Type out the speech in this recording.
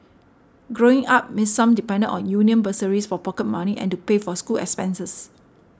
growing up Miss Sum depended on union bursaries for pocket money and to pay for school expenses